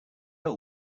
hold